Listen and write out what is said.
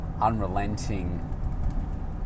unrelenting